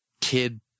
kid